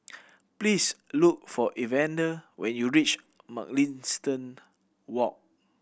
please look for Evander when you reach Mugliston Walk